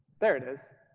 there it is.